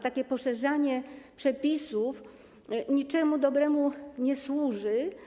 Takie poszerzanie przepisów niczemu dobremu nie służy.